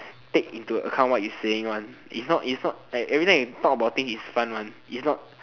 take into account what you saying one it is not it is not like everytime you talk about thing is fun one it is not